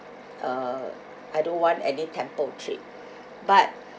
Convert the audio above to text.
uh I don't want any temple trip but